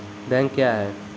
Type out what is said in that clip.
Bank क्या हैं?